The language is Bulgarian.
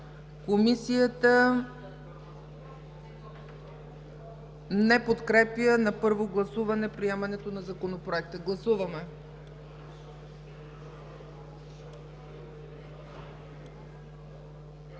Комисията не подкрепя на първо гласуване приемането на Законопроекта. Гласуваме.